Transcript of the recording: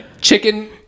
chicken